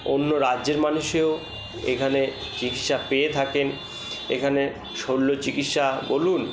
অন্য রাজ্যের মানুষেও এখানে চিকিৎসা পেয়ে থাকেন এখানে শল্য চিকিৎসা বলুন